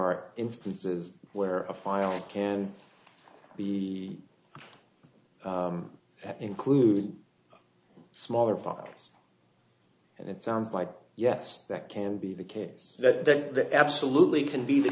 are instances where a file can be included smaller folks and it sounds like yes that can be the case that absolutely can be the